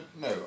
no